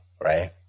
Right